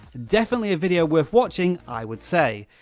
definitely a video worth watching i would say.